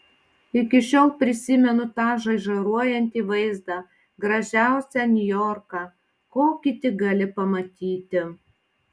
iki šiol prisimenu tą žaižaruojantį vaizdą gražiausią niujorką kokį tik gali pamatyti